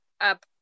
up